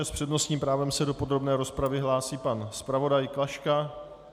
S přednostním právem se do podrobné rozpravy hlásí pan zpravodaj Klaška.